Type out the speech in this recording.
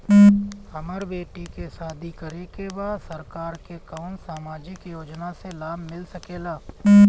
हमर बेटी के शादी करे के बा सरकार के कवन सामाजिक योजना से लाभ मिल सके ला?